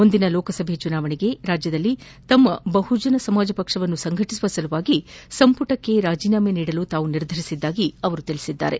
ಮುಂದಿನ ಲೋಕಸಭಾ ಚುನಾವಣೆಗೆ ರಾಜ್ಞದಲ್ಲಿ ತಮ್ಮ ಬಹುಜನ ಸಮಾಜ ಪಕ್ಷವನ್ನು ಸಂಘಟಿಸುವ ಸಲುವಾಗಿ ಸಂಪುಟಕ್ಕೆ ರಾಜೀನಾಮೆ ನೀಡಲು ತಾವು ನಿರ್ಧರಿಸಿದ್ದಾಗಿ ಅವರು ಹೇಳಿದ್ದಾರೆ